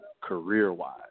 career-wise